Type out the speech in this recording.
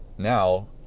now